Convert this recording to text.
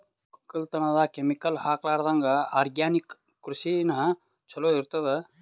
ಒಕ್ಕಲತನದಾಗ ಕೆಮಿಕಲ್ ಹಾಕಲಾರದಂಗ ಆರ್ಗ್ಯಾನಿಕ್ ಕೃಷಿನ ಚಲೋ ಇರತದ